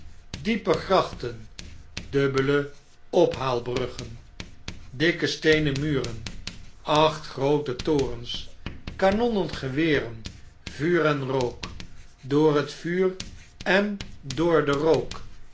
diepe grachten dubbele ophaalbruggen dikke steenen muren acht groote torens kanonnen feweren vuur en rook door het vuur en oor den rook